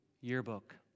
yearbook